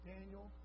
Daniel